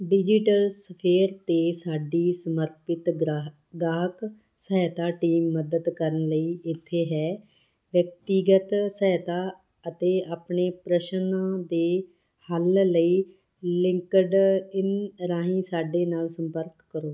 digital sphere 'ਤੇ ਸਾਡੀ ਸਮਰਪਿਤ ਗ੍ਰਾਹ ਗਾਹਕ ਸਹਾਇਤਾ ਟੀਮ ਮਦਦ ਕਰਨ ਲਈ ਇੱਥੇ ਹੈ ਵਿਅਕਤੀਗਤ ਸਹਾਇਤਾ ਅਤੇ ਆਪਣੇ ਪ੍ਰਸ਼ਨਾਂ ਦੇ ਹੱਲ ਲਈ ਲਿੰਕਡਇਨ ਰਾਹੀਂ ਸਾਡੇ ਨਾਲ ਸੰਪਰਕ ਕਰੋ